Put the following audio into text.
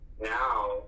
now